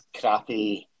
crappy